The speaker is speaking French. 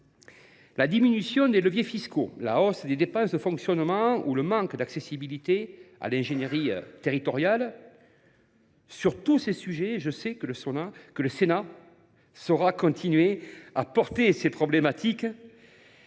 la diminution des leviers fiscaux, à la hausse des dépenses de fonctionnement ou au manque d’accessibilité à l’ingénierie territoriale. Je le sais, le Sénat continuera de porter ces problématiques,